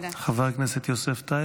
חבר הכנסת יוסף טייב,